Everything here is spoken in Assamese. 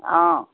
অঁ